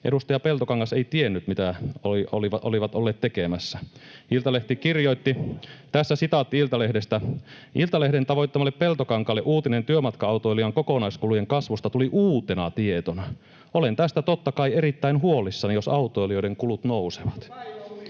edustaja Peltokangas ei tiennyt, mitä olivat olleet tekemässä? Iltalehti kirjoitti, tässä sitaatti Iltalehdestä: ”Iltalehden tavoittamalle Peltokankaalle uutinen työmatka-autoilijan kokonaiskulujen kasvusta tuli uutena tietona. ’Olen tästä totta kai erittäin huolissani, jos autoilijoiden kulut nousevat.’”